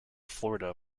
florida